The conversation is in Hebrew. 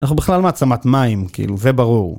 אנחנו בכלל מעצמת מים, כאילו, זה ברור.